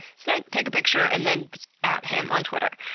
snake, take a picture, and then at him on twitter.